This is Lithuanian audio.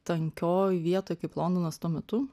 tankioj vietoj kaip londonas tuo metu